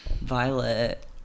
Violet